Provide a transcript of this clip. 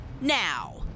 now